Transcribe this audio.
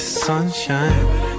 Sunshine